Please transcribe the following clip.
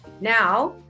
Now